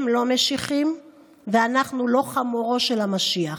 הם לא משיחים ואנחנו לא חמורו של המשיח.